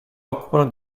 occupano